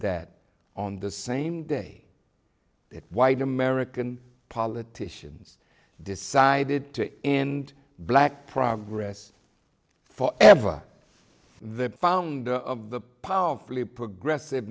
that on the same day that white american politicians decided to end black progress for ever the founder of the powerfully progressive